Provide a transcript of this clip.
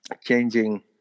changing